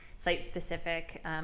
site-specific